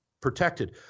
protected